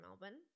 Melbourne